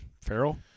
Farrell